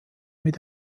mit